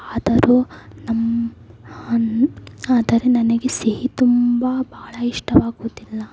ಆದರೂ ನಮ್ಮ ಆದರೆ ನನಗೆ ಸಿಹಿ ತುಂಬ ಬಹಳ ಇಷ್ಟವಾಗುತ್ತಿಲ್ಲ